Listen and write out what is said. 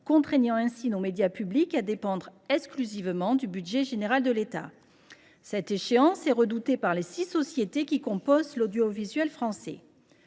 contraignant ainsi nos médias publics à dépendre exclusivement du budget général de l’État. Cette échéance est redoutée par les six sociétés qui composent l’audiovisuel public français.